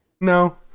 No